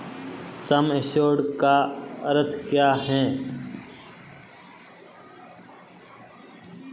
सम assured का क्या अर्थ है?